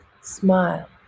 smile